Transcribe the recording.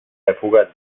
època